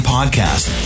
Podcast